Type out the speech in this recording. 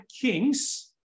kings